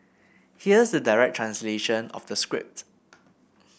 here's the direct translation of the script